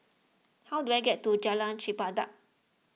how do I get to Jalan Chempedak